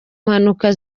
mpanuka